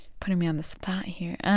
putting me on the spot here